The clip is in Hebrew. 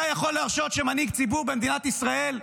אתה יכול להרשות שמנהיג ציבור במדינת ישראל,